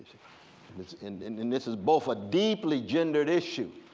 this and and and this is both a deeply gendered issue.